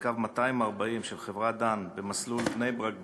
בקו 240 של חברת "דן" במסלול בני-ברק בת-ים,